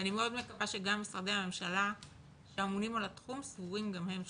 ואני מאוד מקווה שגם משרדי הממשלה שאמונים על התחום סבורים גם הם שלא.